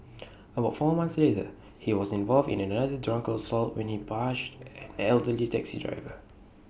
about four months later he was involved in another drunken assault when he punched an elderly taxi driver